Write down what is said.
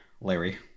Larry